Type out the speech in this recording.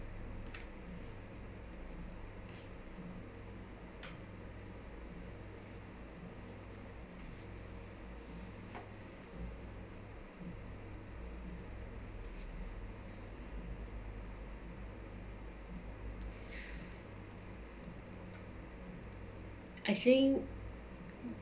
I think